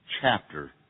chapter